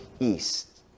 east